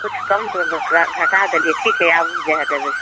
किछु कम तऽ घटा देलिए ठीक हइ आबू जे हेतै से देबै